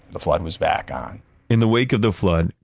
the flood was back on in the wake of the flood,